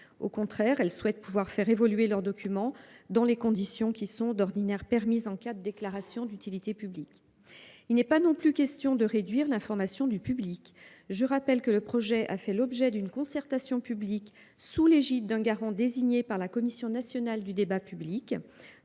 Au contraire, elle souhaite pouvoir faire évoluer leurs documents dans les conditions qui sont d'ordinaire permise en cas de déclaration d'utilité publique. Il n'est pas non plus question de réduire l'information du public. Je rappelle que le projet a fait l'objet d'une concertation publique sous l'égide d'un garant désigné par la commission nationale du débat public,